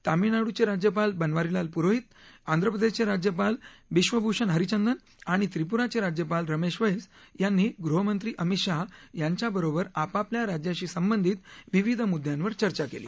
तामिळनाडूचे राज्यपाल बनवारीलाल पुरोहित आंध्रप्रदेशचे राज्यपाल बिक्षभूषण हरिचंदन आणि त्रिपुराचे राज्यपाल रमेश वैस यांनी गृहमंत्री अमित शाह यांच्याबरोबर आपापल्या राज्याशी संबंधित विविध मुद्यांवर चर्चा केली